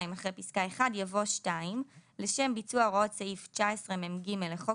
אחרי פסקה (1) יבוא: "(2)לשם ביצוע הוראות סעיף 19מג לחוק